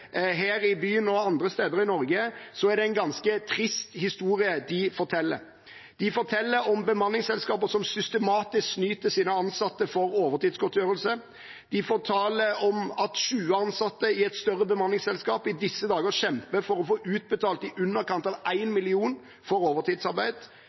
her i byen og andre steder i Norge, er det en ganske trist historie de forteller. De forteller om bemanningsselskaper som systematisk snyter sine ansatte for overtidsgodtgjørelse. De forteller om at 20 ansatte i et større bemanningsselskap i disse dager kjemper for å få utbetalt i underkant av